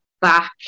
back